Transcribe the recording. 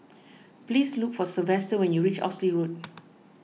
please look for Sylvester when you reach Oxley Road